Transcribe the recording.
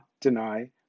deny